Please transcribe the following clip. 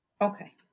Okay